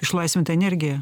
išlaisvinta energija